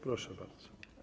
Proszę bardzo.